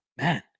man